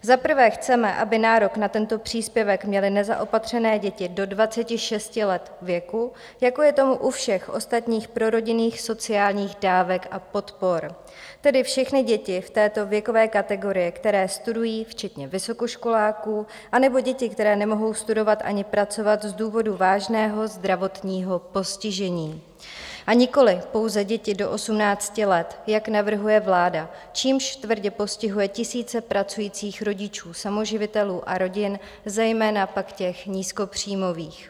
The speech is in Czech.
Za prvé chceme, aby nárok na tento příspěvek měly nezaopatřené děti do 26 let věku, jako je tomu u všech ostatních prorodinných sociálních dávek a podpor, tedy všechny děti v této věkové kategorii, které studují, včetně vysokoškoláků, anebo děti, které nemohou studovat ani pracovat z důvodů vážného zdravotního postižení, a nikoli pouze děti do 18 let, jak navrhuje vláda, čímž tvrdě postihuje tisíce pracujících rodičů samoživitelů a rodin, zejména pak těch nízkopříjmových.